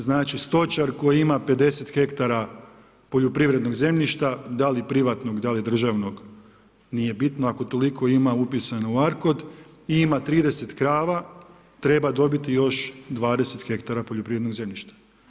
Znači stočar koji ima 50 hektara poljoprivrednog zemljišta, da li privatnog, da li državnog, nije bitno, ako toliko ima upisanih u arkod i ima 30 krava, treba dobiti još 20 hektara poljoprivrednog zemljišta.